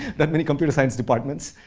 that many computer science departments,